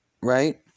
right